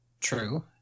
true